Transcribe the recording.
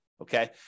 Okay